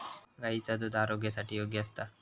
गायीचा दुध आरोग्यासाठी योग्य असता